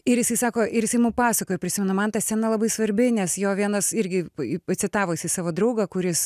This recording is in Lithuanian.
ir jisai sako ir jisai mum pasakojo prisimenu man ta scena labai svarbi nes jo vienas irgi pacitavo jisai savo draugą kuris